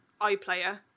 iPlayer